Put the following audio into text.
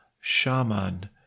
shaman